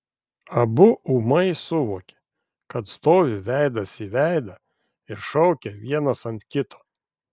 abu ūmai suvokė kad stovi veidas į veidą ir šaukia vienas ant kito